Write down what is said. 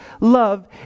love